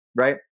right